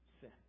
sin